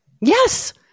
Yes